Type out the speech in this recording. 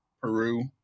peru